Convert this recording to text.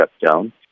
shutdown